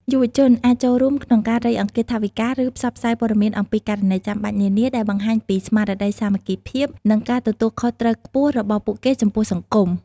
យុវជនអាចចូលរួមក្នុងការរៃអង្គាសថវិកា ឬផ្សព្វផ្សាយព័ត៌មានអំពីករណីចាំបាច់នានា ដែលបង្ហាញពី ស្មារតីសាមគ្គីភាព និងការទទួលខុសត្រូវខ្ពស់របស់ពួកគេចំពោះសង្គម។